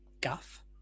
guff